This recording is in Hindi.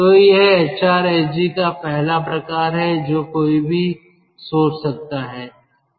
तो यह एचआरएसजी का पहला प्रकार है जो कोई भी सोच सकता है